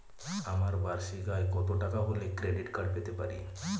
আমার বার্ষিক আয় কত টাকা হলে ক্রেডিট কার্ড পেতে পারি?